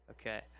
Okay